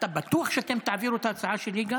אתם בטוח שאתם תעבירו גם את ההצעה שלי?